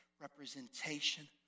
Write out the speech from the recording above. representation